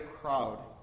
crowd